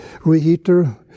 reheater